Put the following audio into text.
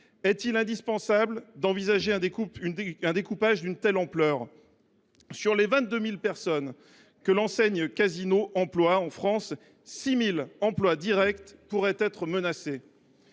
Est il indispensable d’envisager un découpage d’une telle ampleur ? Sur les 22 000 salariés que l’enseigne Casino dénombre en France, 6 000 emplois directs pourraient être menacés.